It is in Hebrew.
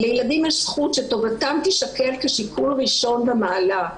לילדים יש זכות שטובתם תישקל כשיקול ראשון במעלה,